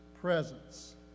Presence